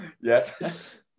Yes